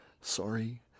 Sorry